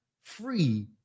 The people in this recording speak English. free